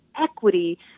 equity